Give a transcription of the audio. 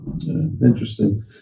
Interesting